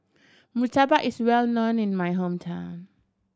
murtabak is well known in my hometown